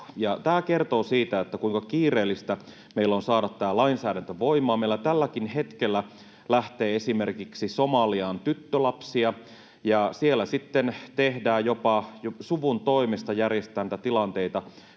tämä kertoo siitä, kuinka kiireellistä meillä on saada tämä lainsäädäntö voimaan. Meillä tälläkin hetkellä lähtee esimerkiksi Somaliaan tyttölapsia, ja siellä sitten jopa suvun toimesta järjestetään näitä tilanteita,